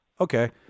Okay